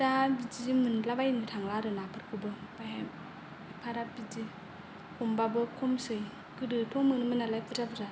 दा बिदिजों मोनला बायनो थांला आरो नाफोरखौबो ओमफ्रायहाय एफाग्राब बिदि हमबाबो खमसै गोदोथ' मोनोमोन नालाय बुरजा बुरजा बिदिनो